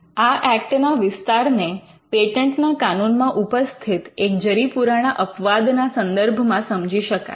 આ ઍક્ટ ના વિસ્તારને પેટન્ટના કાનૂનમાં ઉપસ્થિત એક જરીપુરાણા અપવાદ ના સંદર્ભમાં સમજી શકાય